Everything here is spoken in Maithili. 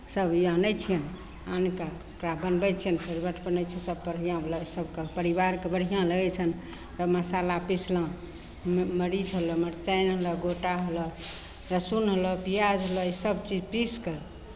सभ ई आनै छियनि आनि कऽ ओकरा बनबै छियनि फेर सभ बढ़िआँ बनल सभकेँ परिवारकेँ बढ़ियाँ लगै छनि ओकर मसाला पिसलहुँ म् मरीच होलय मरचाइ होलय गोटा होलय लहसुन होलय पियाज होलय ईसभ चीज पीस कऽ